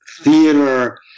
Theater